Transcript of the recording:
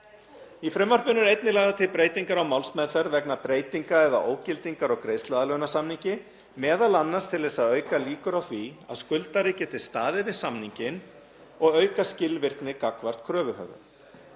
Í frumvarpinu eru einnig lagðar til breytingar á málsmeðferð vegna breytinga eða ógildingar á greiðsluaðlögunarsamningi, m.a. til að auka líkur á því að skuldari geti staðið við samninginn og auka skilvirkni gagnvart kröfuhöfum.